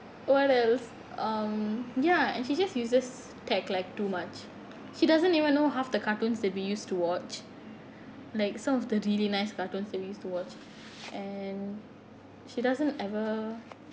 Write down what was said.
what else mm ya and she just uses tech like too much she doesn't even know half the cartoons that we used to watch like some of the really nice cartoons that we used to watch and she doesn't ever